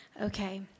okay